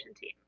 team